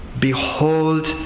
Behold